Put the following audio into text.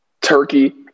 Turkey